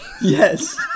Yes